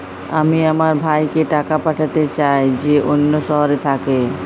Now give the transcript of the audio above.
আমি আমার ভাইকে টাকা পাঠাতে চাই যে অন্য শহরে থাকে